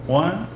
one